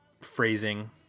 phrasing